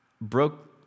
broke